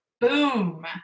Boom